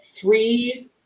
three